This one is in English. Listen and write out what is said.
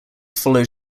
followed